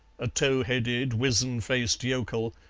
a towheaded, wizen-faced yokel,